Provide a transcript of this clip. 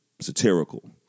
satirical